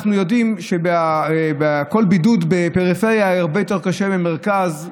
אנחנו יודעים שכל בידוד בפריפריה הרבה יותר קשה מהמרכז,